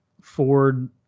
Ford